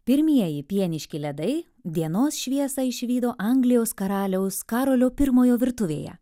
pirmieji pieniški ledai dienos šviesą išvydo anglijos karaliaus karolio pirmojo virtuvėje